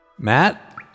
Matt